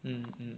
mm mm